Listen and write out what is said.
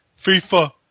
FIFA